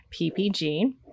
PPG